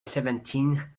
seventeen